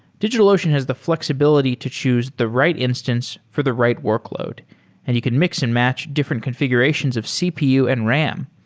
digitalocean has the fl exibility to choose the right instance for the right workload and he could mix-and-match different confi gurations of cpu and ram.